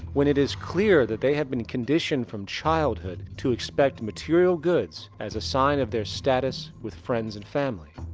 when it is clear that they have been conditioned from childhood to expect material goods as a sign of their status with friends and family.